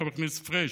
חבר הכנסת פריג',